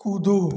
कूदो